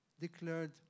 declared